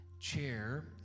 chair